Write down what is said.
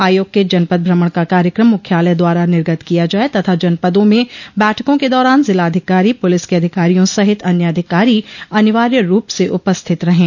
आयोग के जनपद भ्रमण का कार्यकम मुख्यालय द्वारा निर्गत किया जाये तथा जनपदों में बैठकों के दौरान जिलाधिकारी पुलिस के अधिकारियों सहित अन्य अधिकारी अनिवार्य रूप से उपस्थित रहें